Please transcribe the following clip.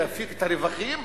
יפיק את הרווחים.